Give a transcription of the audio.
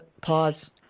pause